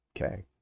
Okay